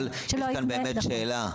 אבל יש כאן באמת שאלה.